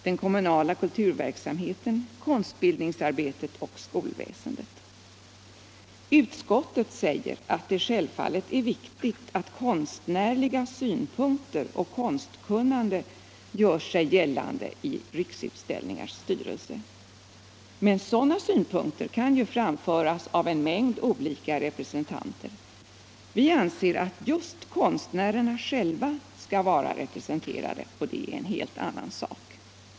den kommunala kulturverksamheten, konstbildningsarbetet och skolväsendet. Utskottet säger att det självfallet är viktigt att konstnärliga synpunkter och konstkunnandet gör sig gällande i Riksutställningars styrelse. Men sådana synpunkter kan ju framföras av en mängd olika representanter. Vi moderater anser att just konstnärerna själva skall vara representerade och det är en helt annat sak.